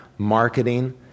marketing